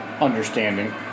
Understanding